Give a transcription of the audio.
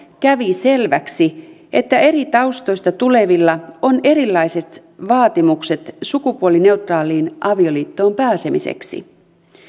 kävi selväksi että eri taustoista tulevilla on erilaiset vaatimukset sukupuolineutraaliin avioliittoon pääsemiseksi